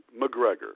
McGregor